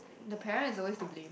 the parents is always to blame